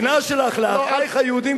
השנאה שלך לאחייך היהודים,